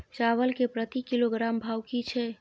चावल के प्रति किलोग्राम भाव की छै?